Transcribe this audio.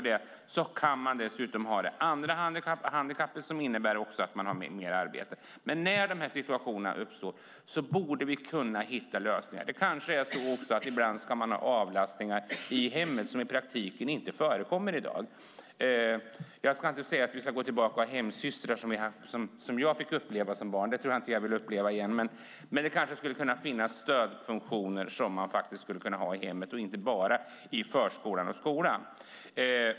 De kan dessutom ha andra handikapp som innebär att man har mer arbete. När de här situationerna uppstår borde vi kunna hitta lösningar. Man kanske ska ha avlastning i hemmet ibland. Det förekommer inte i praktiken i dag. Jag ska inte säga att vi ska gå tillbaka och ha hemsystrar som jag fick uppleva som barn. Det tror jag inte att jag vill uppleva igen, men det skulle kunna finnas stödfunktioner i hemmet och inte bara i förskolan och skolan.